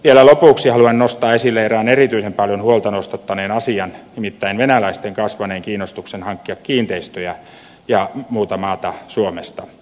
vielä lopuksi haluan nostaa esille erään erityisen paljon huolta nostattaneen asian nimittäin venäläisten kasvaneen kiinnostuksen hankkia kiinteistöjä ja muuta maata suomesta